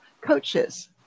coaches